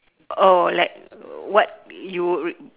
oh like what you would